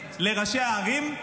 לראשי הערים,